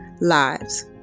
lives